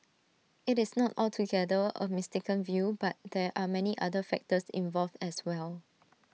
IT is not altogether A mistaken view but there are many other factors involved as well